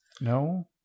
No